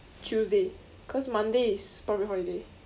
tuesday cause monday is public holiday